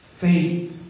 faith